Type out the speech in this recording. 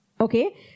Okay